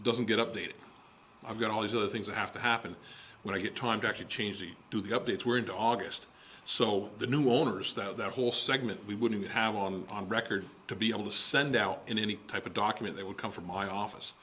doesn't get updated i've got all these other things i have to happen when i get time to actually change to do the updates we're into august so the new owners that whole segment we wouldn't have on on record to be able to send out in any type of document they would come from my office